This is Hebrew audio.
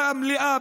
במליאה,